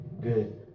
good